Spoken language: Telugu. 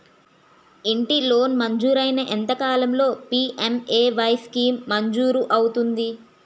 ఇంటి లోన్ మంజూరైన ఎంత కాలంలో పి.ఎం.ఎ.వై స్కీమ్ మంజూరు అవుతుంది?